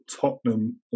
Tottenham